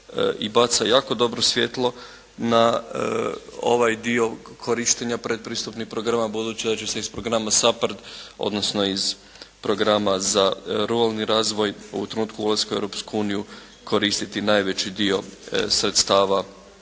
i baca jako dobro svijetlo na ovaj dio korištenja pretpristupnih programa budući da će se iz programa SAPHARD, odnosno iz programa za ruralni razvoj u trenutku ulaska u Europsku uniju koristiti najveći dio sredstava